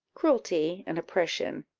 cruelty, and oppression